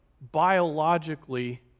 biologically